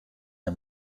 der